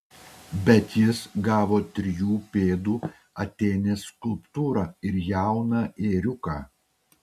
bet jis gavo trijų pėdų atėnės skulptūrą ir jauną ėriuką